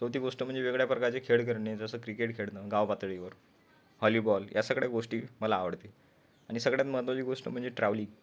चौथी गोष्ट म्हणजे वेगळ्या प्रकारचे खेळ खेळणे जसं क्रिकेट खेळणं गाव पातळीवर हॉलीबॉल या सगळ्या गोष्टी मला आवडते आणि सगळ्यात महत्त्वाची गोष्ट म्हणजे ट्रॅव्हलिंग